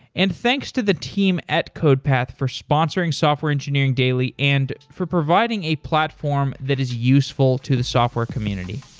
and thanks to the team at codepath for sponsoring software engineering daily and for providing a platform that is useful to the software community